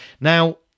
Now